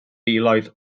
filoedd